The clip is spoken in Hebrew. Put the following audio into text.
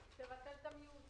תחליטו, זה בידיים